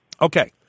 Okay